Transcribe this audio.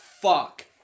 fuck